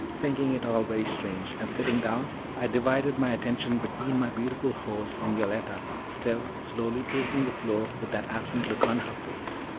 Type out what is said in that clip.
thinking it all very strange, and sitting down i divided my attention between my beautiful hose and yoletta, still slowly pacing the floor with that absent look on her face.